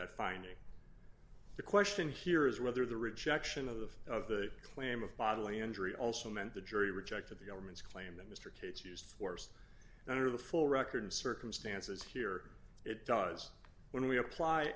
that finding the question here is whether the rejection of the of the claim of bodily injury also meant the jury rejected the government's claim that mr cates used force under the full record circumstances here it does when we apply